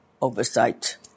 oversight